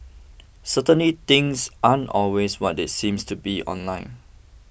certainly things aren't always what they seems to be online